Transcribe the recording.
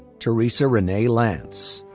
teresa renee lantz.